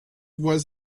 was